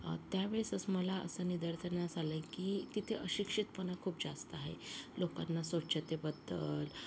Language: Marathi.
त्या वेळेसच मला असं निदर्शनास आलं की तिथे अशिक्षितपणा खूप जास्त आहे लोकांना स्वच्छतेबद्दल